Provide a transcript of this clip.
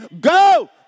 Go